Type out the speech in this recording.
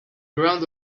ground